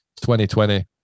2020